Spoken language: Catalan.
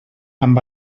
amb